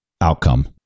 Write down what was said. outcome